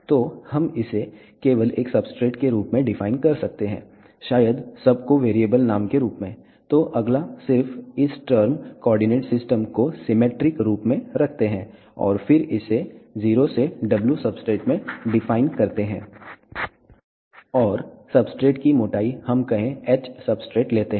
तो हम इसे केवल एक सब्सट्रेट के रूप में डिफाइन कर सकते हैं शायद सब को वेरिएबल नाम के रूप में l तो अगला सिर्फ़ इस टर्म कोऑर्डिनेट सिस्टम को सिमेट्रीक रूप में रखते है और फिर इसे 0 से w सब्सट्रेट में डिफाइन करते है और सब्सट्रेट की मोटाई हम कहें h सबस्ट्रेट लेते हैं